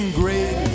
great